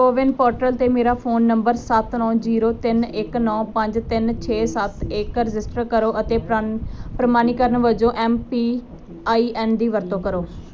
CoWIN portal 'ਤੇ ਮੇਰਾ phone number ਸੱਤ ਨੌਂ ਜੀਰੋ ਤਿੰਨ ਇੱਕ ਨੌਂ ਪੰਜ ਤਿੰਨ ਛੇ ਸੱਤ ਇੱਕ ਰਜਿਸਟਰ ਕਰੋ ਅਤੇ ਪ੍ਰਮ ਪ੍ਰਮਾਣੀਕਰਨ ਵਜੋਂ ਐਮ ਪੀ ਆਈ ਐਨ ਦੀ ਵਰਤੋਂ ਕਰੋ